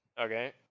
Okay